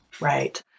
Right